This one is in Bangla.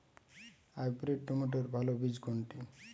হাইব্রিড টমেটোর ভালো বীজ কোনটি?